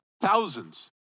thousands